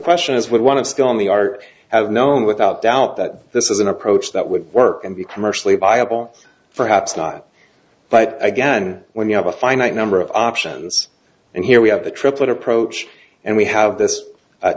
question is would want to stay on the art have known without doubt that this is an approach that would work and be commercially viable for haps not but again when you have a finite number of options and here we have the triplet approach and we have this